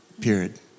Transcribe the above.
period